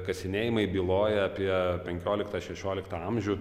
kasinėjimai byloja apie penkioliktą šešioliktą amžių